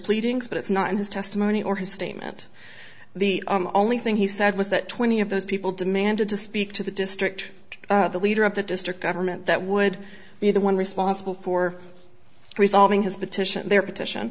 pleadings but it's not his testimony or his statement the only thing he said was that twenty of those people demanded to speak to the district the leader of the district government that would be the one responsible for resolving his petition their petition